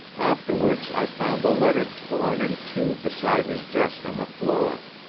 afterwards i found the letter torn in two beside his desk on the floor.